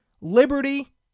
Liberty